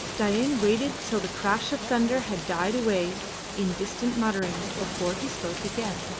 dain waited till the crash of thunder had died away in distant mutterings before he spoke again.